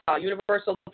universal